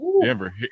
Denver